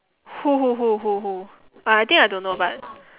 who who who who who uh I think I don't know but